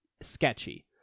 sketchy